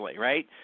right